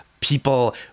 people